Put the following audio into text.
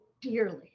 dearly